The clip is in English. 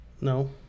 No